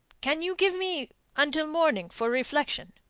can you give me until morning for reflection?